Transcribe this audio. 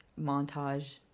montage